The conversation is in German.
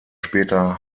später